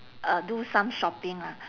uh do some shopping lah